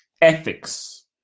ethics